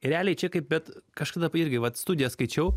realiai čia kaip bet kažkada irgi vat studiją skaičiau